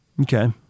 Okay